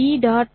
v